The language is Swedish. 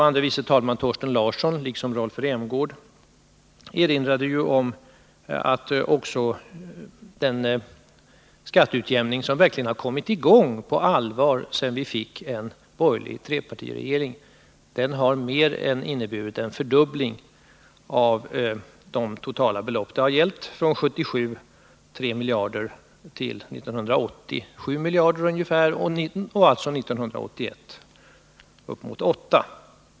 Andre vice talmannen Thorsten Larsson har liksom Rolf Rämgård i dag erinrat om att den skatteutjämning som verkligen har kommit i gång på allvar sedan vi fick en borgerlig trepartiregering har inneburit mer än en fördubbling av de totala beloppen. 1977 var beloppet 3 miljarder. År 1980 var det ungefär 7 miljarder, och 1981 blir det alltså upp emot 8 miljarder.